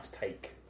take